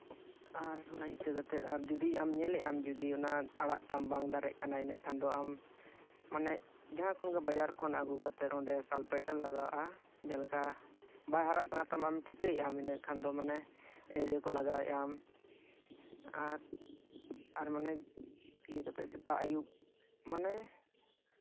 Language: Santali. ᱟᱨ ᱚᱱᱟ ᱤᱛᱟᱹ ᱠᱟᱛᱮ ᱟᱨ ᱡᱩᱫᱤ ᱧᱮᱞᱮᱜ ᱟᱢ ᱡᱩᱫᱤ ᱚᱱᱟ ᱟᱲᱟᱜ ᱛᱟᱢ ᱵᱟᱝ ᱫᱟᱨᱮᱜ ᱠᱟᱱᱟ ᱤᱱᱟᱹ ᱠᱷᱟᱱ ᱫᱚ ᱟᱢ ᱢᱟᱱᱮ ᱡᱟᱦᱟᱸ ᱠᱷᱚᱱᱜᱮ ᱵᱟᱡᱟᱨ ᱠᱷᱚᱱ ᱟᱹᱜᱩ ᱠᱟᱛᱮ ᱚᱸᱰᱮ ᱥᱟᱞᱯᱷᱮᱴ ᱮᱢ ᱞᱟᱜᱟᱣ ᱟᱜᱼᱟ ᱡᱟᱦᱟᱸ ᱞᱮᱠᱟ ᱵᱟᱭ ᱦᱟᱨᱟᱜ ᱠᱟᱱ ᱛᱟᱢᱟ ᱟᱢ ᱴᱷᱤᱠᱟᱹᱭᱮᱫᱼᱟ ᱤᱱᱟᱹ ᱠᱷᱟᱱ ᱫᱚ ᱢᱟᱱᱮ ᱮᱨᱤᱭᱳ ᱠᱚᱢ ᱞᱟᱜᱟᱣ ᱮᱜ ᱟᱢ ᱟᱨ ᱟᱨ ᱢᱟᱱᱮ ᱤᱭᱟᱹ ᱠᱟᱛᱮ ᱥᱮᱛᱟᱜ ᱟᱹᱭᱩᱵ ᱢᱟᱱᱮ